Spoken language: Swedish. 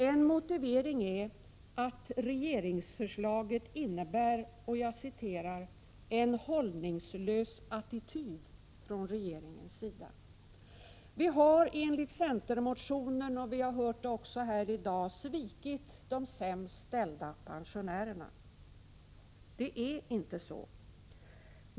En motivering är att regeringsförslaget innebär — jag citerar — en hållningslös attityd från regeringens sida. Vi har enligt centermotionen, och vi har hört det också här i dag, svikit de sämst ställda pensionärerna. Det är inte så.